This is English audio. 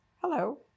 Hello